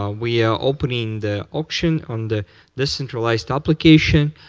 ah we are opening the auction on the de-centralized application.